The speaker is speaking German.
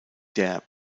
der